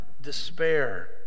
despair